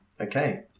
Okay